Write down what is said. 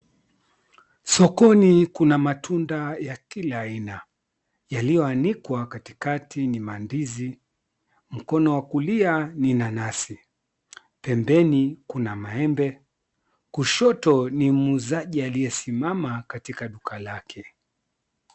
Sokoni kuna matunda ya kila aina yaliyoanikwa. Katikati ni mandizi, mkono wa kulia ni nanasi, pembeni kuna maembe, kushoto ni muuzaji aliyesimama katika duka lake.